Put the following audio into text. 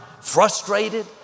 frustrated